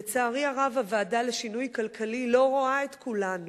לצערי הרב, הוועדה לשינוי כלכלי לא רואה את כולנו.